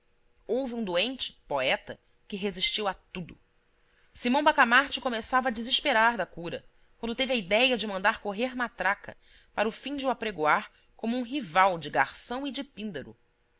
houve um doente poeta que resistiu a tudo simão bacamarte começava a desesperar da cura quando teve a idéia de mandar correr matraca para o fim de o apregoar como um rival de garção e de píndaro